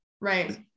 right